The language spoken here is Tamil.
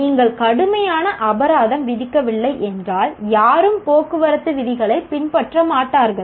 நீங்கள் கடுமையான அபராதம் விதிக்கவில்லை என்றால் யாரும் போக்குவரத்து விதிகளை பின்பற்ற மாட்டார்கள்